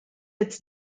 its